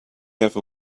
ever